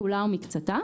כולה או מקצתה,